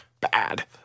bad